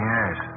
Yes